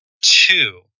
two